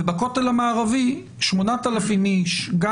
ובכותל המערבי 8,000 איש לא צריך.